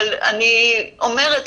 אבל אני אומרת,